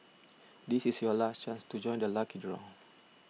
this is your last chance to join the lucky draw